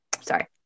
Sorry